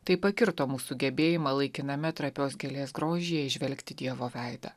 tai pakirto mūsų gebėjimą laikiname trapios gėlės grožyje įžvelgti dievo veidą